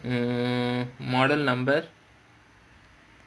mm model number